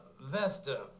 Vesta